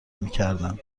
میکردند